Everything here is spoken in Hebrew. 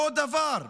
אותו דבר,